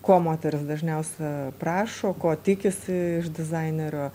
ko moteris dažniausia prašo ko tikisi iš dizainerio